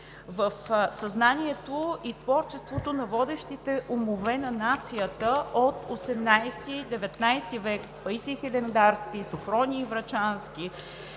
В съзнанието и творчеството на водещите умове на нацията от XVIII, XIX век – Паисий Хилендарски, Софроний Врачански,